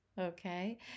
okay